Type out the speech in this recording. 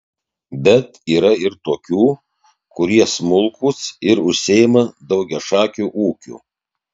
bet yra ir tokių kurie smulkūs ir užsiima daugiašakiu ūkiu